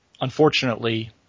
Unfortunately